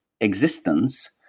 existence